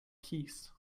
keys